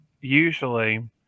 usually